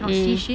mm